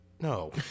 No